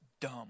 dumb